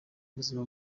ubuzima